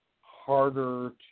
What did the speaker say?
harder